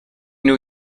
new